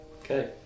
Okay